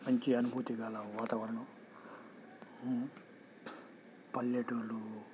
మంచి అనుభూతి గల వాతావరణం పల్లెటూళ్ళు